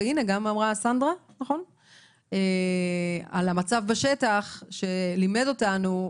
והינה גם אמרה סנדרה על המצב בשטח שלימד אותנו,